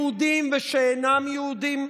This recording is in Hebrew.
יהודים ושאינם יהודים?